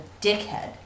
dickhead